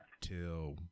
till